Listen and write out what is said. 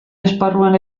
esparruan